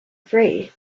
free